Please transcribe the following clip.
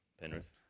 Penrith